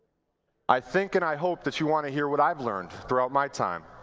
i think, and i hope, that you want to hear what i have learned throughout my time,